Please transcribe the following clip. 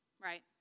right